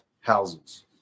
houses